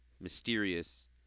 mysterious